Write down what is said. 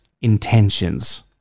Intentions